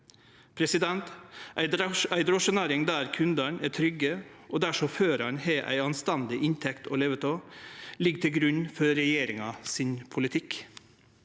marknaden. Ei drosjenæring der kundane er trygge, og der sjåførane har ei anstendig inntekt å leve av, ligg til grunn for regjeringas politikk.